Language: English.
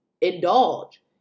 indulge